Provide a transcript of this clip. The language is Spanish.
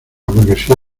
burguesía